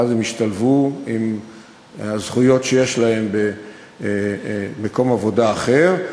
ואז הם ישתלבו עם הזכויות שיש להם במקום עבודה אחר.